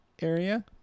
area